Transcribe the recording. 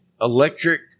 electric